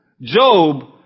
Job